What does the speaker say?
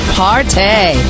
party